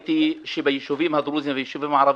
ראיתי ביישובים הדרוזים והיישובים הערבים,